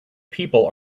people